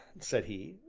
said he,